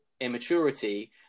immaturity